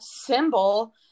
symbol